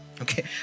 Okay